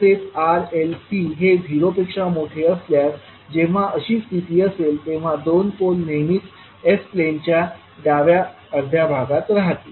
तसेच R L C हे 0 पेक्षा मोठे असल्यास जेव्हा अशी स्थिती असेल तेव्हा दोन पोल नेहमीच s प्लेन च्या डाव्या अर्ध्या भागामध्ये राहतील